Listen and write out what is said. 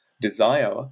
desire